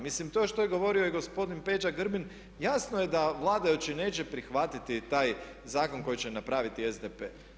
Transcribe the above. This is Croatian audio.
Mislim to što je govorio i gospodin Peđa Grbin, jasno je da vladajući neće prihvatiti taj zakon koji će napraviti SDP.